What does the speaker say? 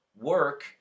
work